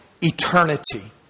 eternity